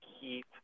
keep